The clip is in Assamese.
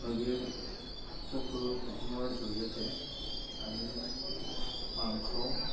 মুৰ্গীৰ পশুপামৰ জৰিয়তে আমি মাংসও